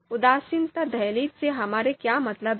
उदासीनता दहलीज से हमारा क्या मतलब है